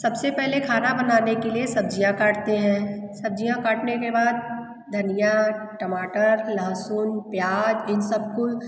सबसे पहले खाना बनाने के लिए सब्ज़ियाँ काटते हैं सब्ज़ियाँ काटने के बाद धनिया टमाटर लहसुन प्याज़ इन सबको